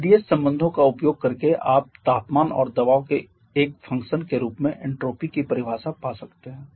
Tds संबंधों का उपयोग करके आप तापमान और दबाव के एक फंक्शन के रूप में एन्ट्रापी की परिभाषा पा सकते है